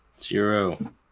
Zero